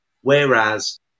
Whereas